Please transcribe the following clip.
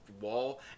wall